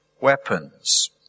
weapons